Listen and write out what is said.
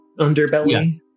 underbelly